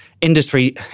industry